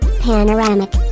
panoramic